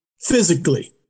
physically